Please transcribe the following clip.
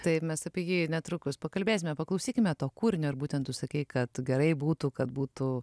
taip mes apie jį netrukus pakalbėsime paklausykime to kūrinio ir būtent tu sakei kad gerai būtų kad būtų